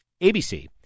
ABC